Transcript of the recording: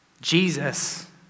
Jesus